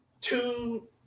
two